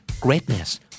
Greatness